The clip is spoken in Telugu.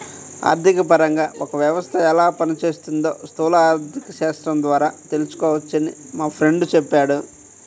ఆర్థికపరంగా ఒక వ్యవస్థ ఎలా పనిచేస్తోందో స్థూల ఆర్థికశాస్త్రం ద్వారా తెలుసుకోవచ్చని మా ఫ్రెండు చెప్పాడు